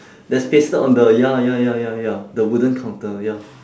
that's pasted on the ya lah ya ya ya ya the wooden counter ya